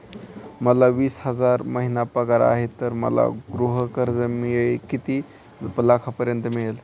मला वीस हजार महिना पगार आहे तर मला गृह कर्ज किती लाखांपर्यंत मिळेल?